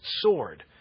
sword